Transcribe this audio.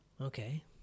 Okay